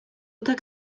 tak